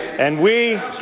and we